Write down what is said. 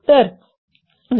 तर व्ही